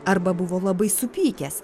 arba buvo labai supykęs